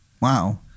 Wow